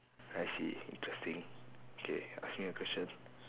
I see interesting okay ask me a question